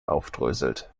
aufdröselt